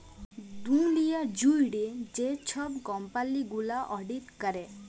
দুঁলিয়া জুইড়ে যে ছব কম্পালি গুলা অডিট ক্যরে